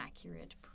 accurate